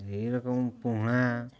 ଏଇ ରକମ ପୁଣା